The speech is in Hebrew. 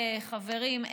חברים,